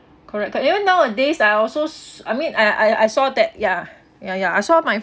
correct but even nowadays I also I mean I I I saw that ya ya ya I saw my